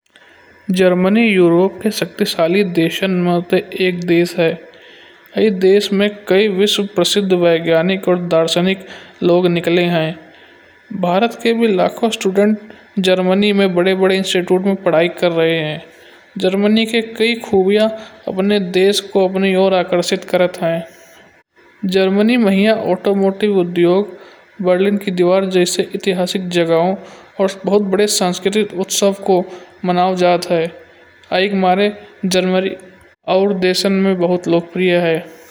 Germany Europe के शक्तिशाली देसन में से एक देश है। या देश में कई विश्व प्रसिद्ध वैज्ञानिक और दर्शानिक लोग निकले हैं। भारत के भी लाखो स्टूडेंट जर्मनी में बड़े-बड़े इंस्टिट्यूट में पढ़ाई कर रहे हैं। जर्मनी के कई खूबियां अपने देश को अपने और आकर्षित करता है। जर्मनी मईया ऑटोमोटिव उद्योग वरना की दीवार। जैसे ऐतिहासिक जगहें और बहुत बड़े सांस्कृतिक उत्सव को मनाओ जात है। यई के मारे जर्मनी और देसन माई भुत लोकप्रिय है।